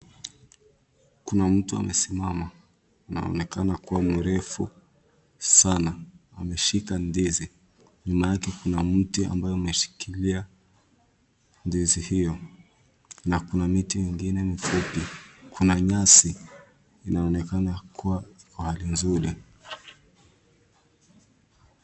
Kuna mtu amesimama. Anaonekana kuwa mrefu, sana. Ameshika ndizi. Nyuma yake kuna mti ambao umeshikilia ndizi hiyo na kuna miti ingine mifupi. Kuna nyasi. Inaonekana kuwa hali nzuri.